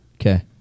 Okay